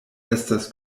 estas